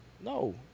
No